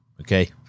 Okay